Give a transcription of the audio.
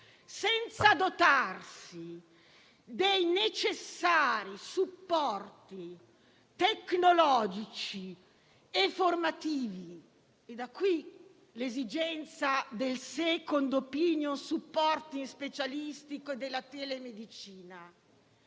senza dotarsi dei necessari supporti tecnologici e formativi - da qui l'esigenza del *second opinion* *supporting* specialistico e della telemedicina